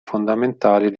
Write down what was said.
fondamentali